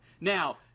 Now